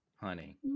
Honey